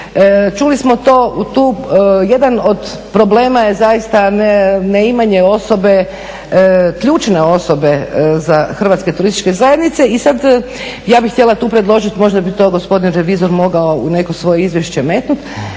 Čuli smo tu jedan od problema je zaista neimanje osobe, ključne osobe HTZ-a i sad ja bih htjela tu predložiti, možda bi to gospodin revizor mogao u neko svoje izvješće staviti